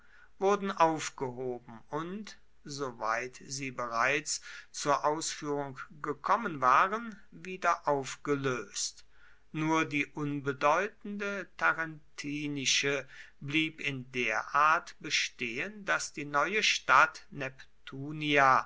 wurden aufgehoben und soweit sie bereits zur ausführung gekommen waren wieder aufgelöst nur die unbedeutende tarentinische blieb in der art bestehen daß die neue stadt neptunia